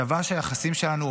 צבא שהיחסים שלנו,